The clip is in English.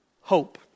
hope